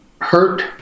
hurt